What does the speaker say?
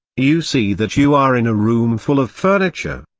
you see that you are in a room full of furniture.